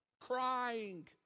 crying